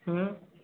ହୁଁ